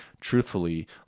truthfully